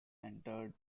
entered